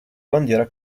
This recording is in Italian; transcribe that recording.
bandiera